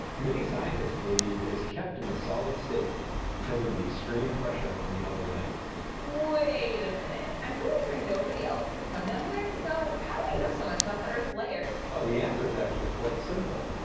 many scientists believe it is kept in the solid state because of the extreme pressure from the other layers. wait a minute. i'm pretty sure nobody else has come down here. so how do we know so much about the earth's layers? layers? oh, the answer is actually quite simple.